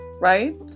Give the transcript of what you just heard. right